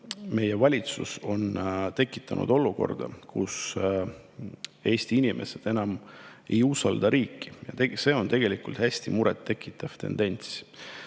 meie valitsus on tekitanud olukorra, kus Eesti inimesed enam ei usalda riiki. See on hästi suurt muret tekitav tendents. Tuletame